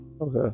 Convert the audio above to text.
okay